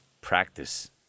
practice